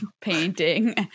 painting